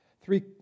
Three